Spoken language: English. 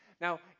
Now